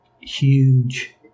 huge